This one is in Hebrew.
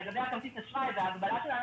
על כרטיס האשראי וההגבלה של אנשים,